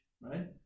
right